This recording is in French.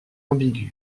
ambiguë